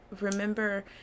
remember